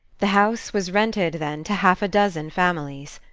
the house was rented then to half a dozen families.